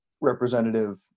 representative